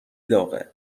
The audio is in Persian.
داغه